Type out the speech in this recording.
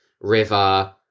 River